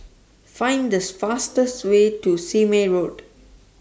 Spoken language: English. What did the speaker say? Find The fastest Way to Sime Road